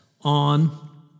on